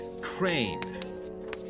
Crane